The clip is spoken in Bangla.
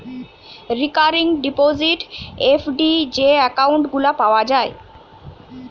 রিকারিং ডিপোজিট, এফ.ডি যে একউন্ট গুলা পাওয়া যায়